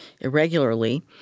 irregularly